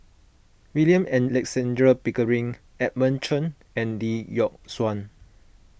William Alexander Pickering Edmund Chen and Lee Yock Suan